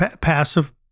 passive